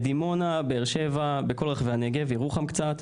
בדימונה, באר שבע, בכל רחבי הנגב, בירוחם קצת.